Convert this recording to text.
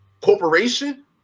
corporation